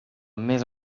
més